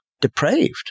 depraved